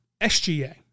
SGA